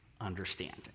understanding